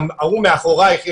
גם ההוא מאחורייך,